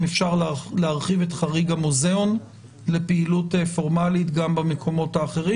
אפשר להרחיב את חריג מוזיאון לפעילות פורמלית גם במקומות האחרים.